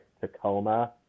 Tacoma